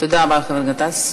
תודה רבה לחבר הכנסת גטאס.